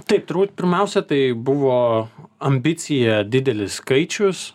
taip turbūt pirmiausia tai buvo ambicija didelis skaičius